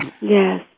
Yes